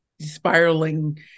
spiraling